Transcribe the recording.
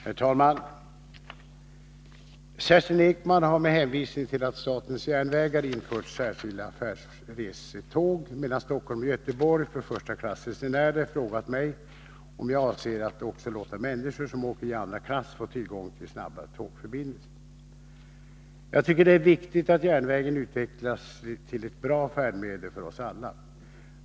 Herr talman! Kerstin Ekman har, med hänvisning till att statens järnvägar infört särskilda affärsresetåg mellan Stockholm och Göteborg för förstaklassresenärer, frågat mig om jag avser att också låta människor som åker i andra klass få tillgång till snabba tågförbindelser. Jag tycker det är viktigt att järnvägen utvecklas till ett bra färdmedel för oss alla.